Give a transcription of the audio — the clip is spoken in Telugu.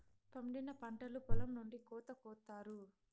పండిన పంటను పొలం నుండి కోత కొత్తారు